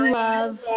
love